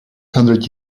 hundred